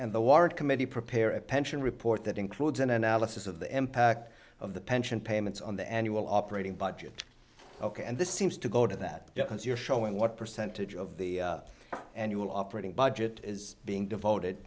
and the warrant committee prepare a pension report that includes an analysis of the impact of the pension payments on the annual operating budget ok and this seems to go to that because you're showing what percentage of the annual operating budget is being devoted